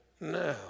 now